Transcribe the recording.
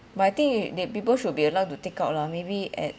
but I think that people should be allowed to take out lah maybe at